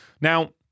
Now